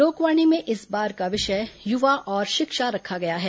लोकवाणी में इस बार का विषय युवा और शिक्षा रखा गया है